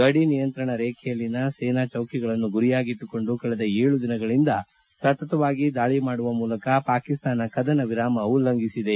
ಗಡಿ ನಿಯಂತ್ರಣರೇಬೆಯಲ್ಲಿನ ಸೇನಾ ಚೌಕಿಗಳನ್ನು ಗುರಿಯಾಗಿಟ್ಟುಕೊಂಡು ಕಳೆದ ಏಳು ದಿನಗಳಿಂದ ಸತತವಾಗಿ ದಾಳಿ ಮಾಡುವ ಮೂಲಕ ಪಾಕಿಸ್ತಾನ ಕದನ ವಿರಾಮ ಉಲ್ಲಂಘಿಸಿದೆ